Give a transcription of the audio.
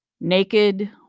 naked